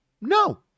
no